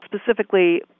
specifically